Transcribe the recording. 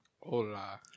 Hola